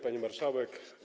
Pani Marszałek!